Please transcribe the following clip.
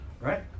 right